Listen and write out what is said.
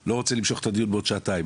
לא רוצה למשוך את הדיון בעוד שעתיים,